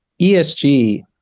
ESG